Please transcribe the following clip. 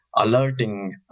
alerting